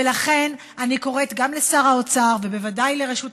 ולכן אני קוראת גם לשר האוצר ובוודאי לרשות המיסים: